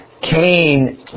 Cain